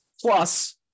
Plus